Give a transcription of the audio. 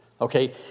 Okay